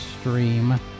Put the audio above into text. stream